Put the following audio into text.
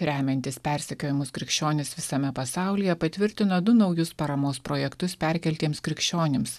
remiantis persekiojamus krikščionis visame pasaulyje patvirtino du naujus paramos projektus perkeltiems krikščionims